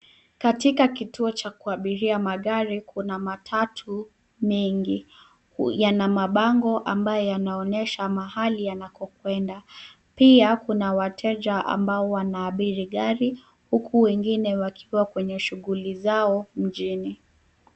Katika kituo cha kuabiria magari, kuna matatu mingi, yana mabango ambayo yanaonyesha mahali yanakokwenda. Pia kuna wateja ambao wanaabiri gari, huku wengine wakiwa kwenye shughuli zao mjini.